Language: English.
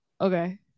Okay